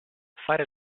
fare